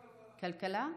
כלכלה?